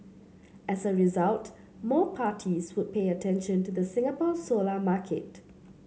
as a result more parties would pay attention to the Singapore solar market